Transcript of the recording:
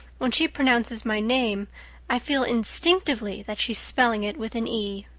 when she pronounces my name i feel instinctively that she's spelling it with an e.